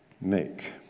make